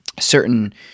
certain